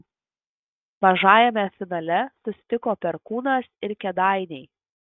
mažajame finale susitiko perkūnas ir kėdainiai